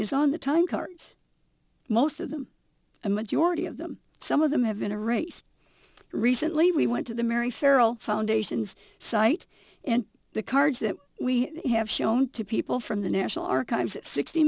cards most of them a majority of them some of them have been a race recently we went to the mary ferrell foundation's site and the cards that we have shown to people from the national archives sixty